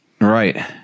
Right